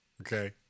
Okay